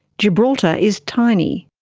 gibraltar is tiny.